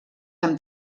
amb